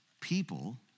people